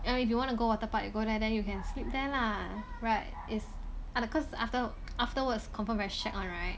I mean if you want to go waterpark you go there then you can sleep there lah right oth~ cause after afterwards confirm very shag one right